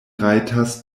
rajtas